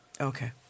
Okay